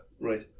Right